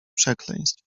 przekleństw